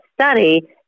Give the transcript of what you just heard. study